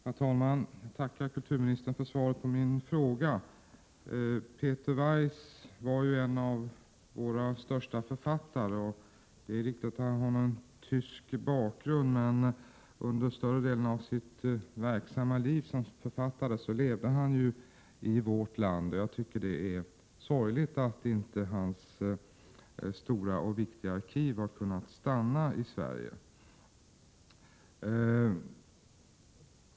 Herr talman! Jag tackar kulturministern för svaret på min fråga. 20 maj 1988 Peter Weiss var ju en av våra största författare. Det är riktigt att han har tysk bakgrund, men under större delen av sitt verksamma liv som författare levde han i vårt land. Det är sorgligt att hans stora och viktiga arkiv inte har kunnat stanna i Sverige.